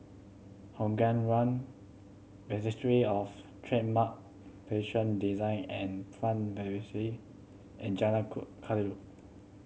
Hougang One Registry Of Trademark Patent Design and Plant Varietie and Jalan Kayu